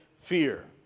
fear